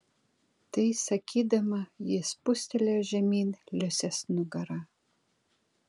tai sakydama ji spustelėjo žemyn liusės nugarą